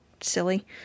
silly